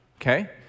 okay